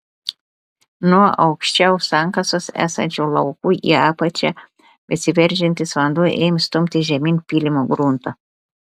nuo aukščiau sankasos esančių laukų į apačią besiveržiantis vanduo ėmė stumti žemyn pylimo gruntą